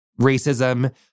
racism